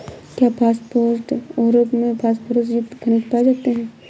क्या फॉस्फेट उर्वरक में फास्फोरस युक्त खनिज पाए जाते हैं?